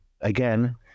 again